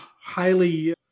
highly